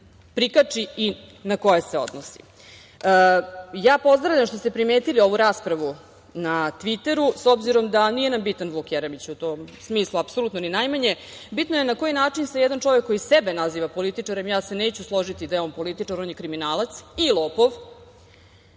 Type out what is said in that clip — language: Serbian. prikači i na koje se odnosi. Ja pozdravljam, što ste primetili, ovu raspravu na Tviteru. Vuk Jeremić nam nije bitan u tom smislu, apsolutno, ni najmanje, bitno je na koji način se jedan čovek koji sebe naziva političarem, ja se neću složiti da je on političar, on je kriminalac i lopov,